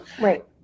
Right